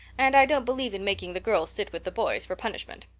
and i don't believe in making the girls sit with the boys for punishment.